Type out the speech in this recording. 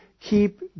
keep